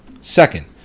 second